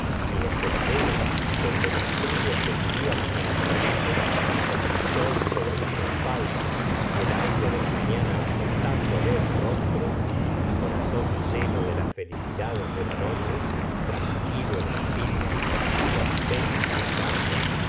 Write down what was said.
en los senderos donde los trigos le subían hasta las rodillas con el sol sobre las espaldas y el aire la mañana azotándole el rostro el corazón e gustavo flaubpt lleno de las felicidades de la noche tranquilo el espíritu contenta la carne